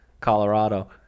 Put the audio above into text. Colorado